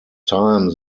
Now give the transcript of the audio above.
time